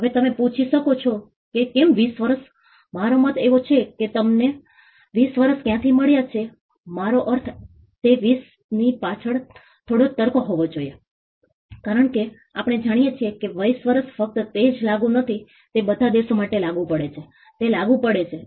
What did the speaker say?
હવે તમે પૂછી શકો છો કે કેમ 20 વર્ષ મારો મત એવો છે કે અમને 20 વર્ષ કયાંથી મળ્યા છે મારો અર્થ તે 20 ની પાછળ થોડો તર્ક હોવો જોઈએ કારણ કે આપણે જાણીએ છીએ કે 20 વર્ષ ફક્ત તે જ લાગુ નથી તે બધા દેશો માટે લાગુ પડે છે તે લાગુ પડે છે